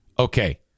Okay